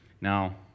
now